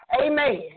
amen